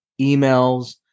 emails